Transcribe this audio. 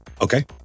Okay